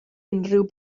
unrhyw